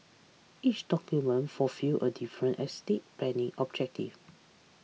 each document fulfils a different estate planning objective